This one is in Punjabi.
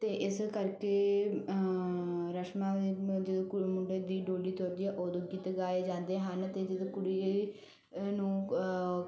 ਅਤੇ ਇਸ ਕਰਕੇ ਰਸਮਾਂ ਜਦੋਂ ਮੁੰਡੇ ਦੀ ਡੋਲੀ ਤੁਰਦੀ ਹੈ ਉਦੋਂ ਗੀਤ ਗਾਏ ਜਾਂਦੇ ਹਨ ਅਤੇ ਜਦੋਂ ਕੁੜੀ ਨੂੰ